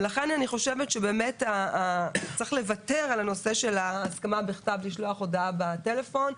לכן אני חושבת שצריך לוותר על הנושא של ההסכמה בכתב לשלוח הודעה בטלפון.